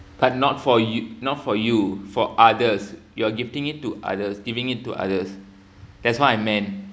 but not for you not for you for others your gifting it to others giving it to others that's what I meant